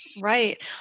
Right